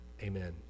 Amen